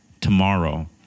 tomorrow